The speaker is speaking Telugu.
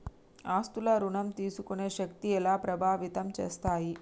ఆస్తుల ఋణం తీసుకునే శక్తి ఎలా ప్రభావితం చేస్తాయి?